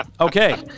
Okay